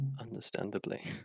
Understandably